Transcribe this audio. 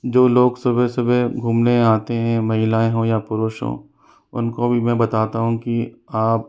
जो लोग सुबह सुबह घूमने आते हैं महिलाएँ हो या पुरुष हो उनको भी मैं बताता हूँ कि आप